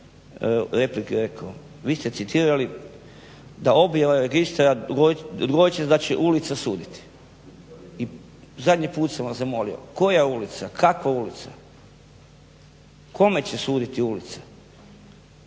replici rekao, vi ste citirali da objava Registra, …/Govornik se ne razumije./… da će ulica suditi. I zadnji put sam vas zamolio, koja ulica, kakva ulica? Kome će suditi ulica?